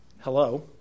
Hello